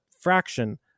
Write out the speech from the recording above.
fraction